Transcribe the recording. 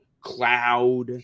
cloud